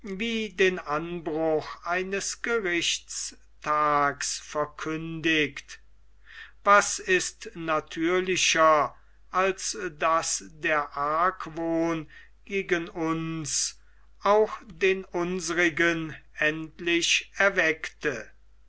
den anbruch eines gerichtstags verkündigt was ist natürlicher als daß der argwohn gegen uns auch den unsrigen endlich erweckte